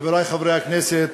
חברי חברי הכנסת,